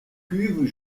cuves